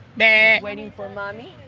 but waiting for mummy.